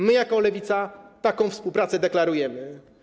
My jako Lewica taką współpracę deklarujemy.